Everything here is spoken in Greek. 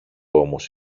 όμως